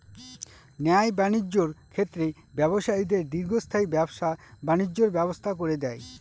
ন্যায় বাণিজ্যের ক্ষেত্রে ব্যবসায়ীদের দীর্ঘস্থায়ী ব্যবসা বাণিজ্যের ব্যবস্থা করে দেয়